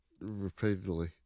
repeatedly